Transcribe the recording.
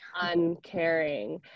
uncaring